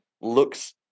looks